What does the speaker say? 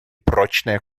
прочные